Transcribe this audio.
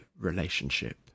relationship